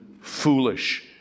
foolish